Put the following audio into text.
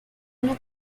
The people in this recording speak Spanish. una